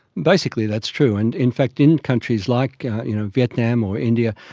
basically that's true, and in fact in countries like you know vietnam or india,